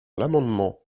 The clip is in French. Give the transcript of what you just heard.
l’amendement